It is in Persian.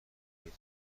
محیط